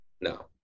No